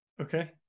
okay